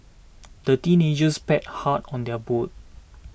the teenagers paddled hard on their boat